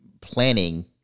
planning